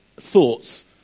thoughts